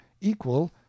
equal